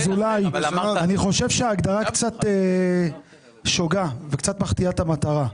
אני חושב שההגדרה קצת שוגה וקצת מחטיאה את המטרה.